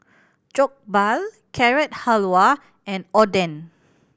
Jokbal Carrot Halwa and Oden